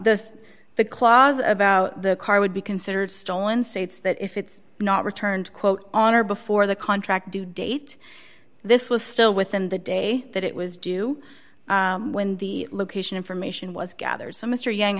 does the closet about the car would be considered stolen states that if it's not returned quote on or before the contract due date this was still within the day that it was due when the location information was gathered some